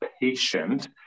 patient